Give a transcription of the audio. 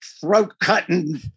throat-cutting